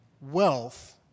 wealth